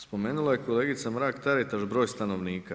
Spomenula je kolegica Mrak-Taritaš broj stanovnika.